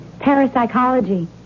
Parapsychology